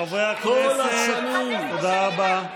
15 שנה לא הבאת,